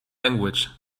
language